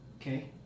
Okay